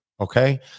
Okay